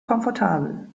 komfortabel